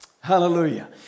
Hallelujah